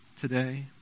today